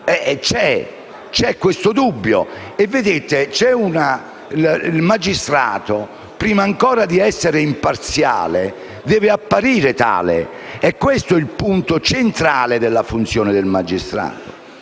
delittuosa, c'è. Vedete, il magistrato, prima ancora di essere imparziale, deve apparire tale: è questo il punto centrale della funzione del magistrato.